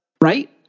right